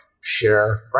share